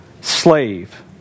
slave